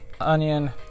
onion